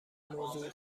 موضوع